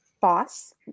boss